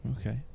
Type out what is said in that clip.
Okay